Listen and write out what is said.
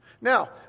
Now